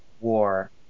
war